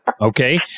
okay